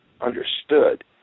understood